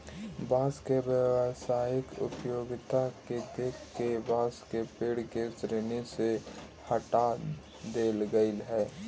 बाँस के व्यावसायिक उपयोगिता के देख के बाँस के पेड़ के श्रेणी से हँटा देले गेल हइ